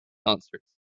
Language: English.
concerts